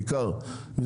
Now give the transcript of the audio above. בעיקר,